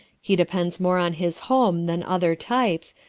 he depends more on his home than other types,